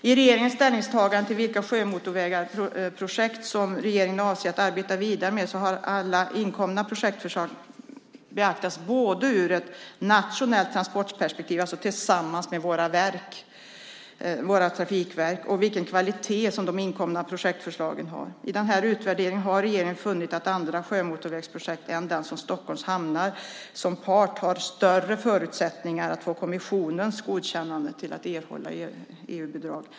I regeringens ställningstagande till vilka sjömotorvägsprojekt som man ska arbeta vidare med har alla inkomna projektförslag beaktats både ur ett nationellt transportperspektiv, alltså tillsammans med våra trafikverk, och med avseende på vilken kvalitet förslagen har. I utvärderingen har regeringen funnit att andra sjömotorvägsprojekt än det som har Stockholms Hamnar som part har större förutsättningar att få kommissionens godkännande för att erhålla bidrag.